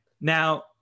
Now